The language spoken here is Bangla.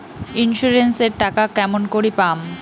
ইন্সুরেন্স এর টাকা কেমন করি পাম?